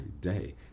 day